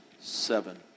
seven